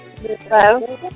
Hello